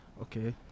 Okay